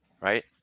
Right